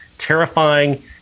Terrifying